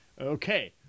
Okay